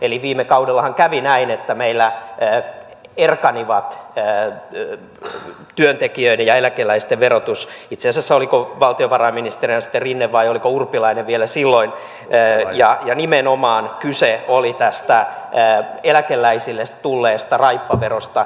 eli viime kaudellahan kävi näin että meillä erkanivat työntekijöiden ja eläkeläisten verotus itse asiassa oliko valtiovarainministerinä sitten rinne vai oliko urpilainen vielä silloin ja nimenomaan kyse oli tästä eläkeläisille tulleesta raippaverosta